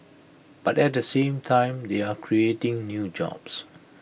but at the same time they are creating new jobs